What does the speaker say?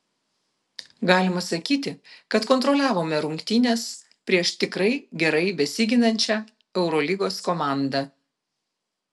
galima sakyti kad kontroliavome rungtynes prieš tikrai gerai besiginančią eurolygos komandą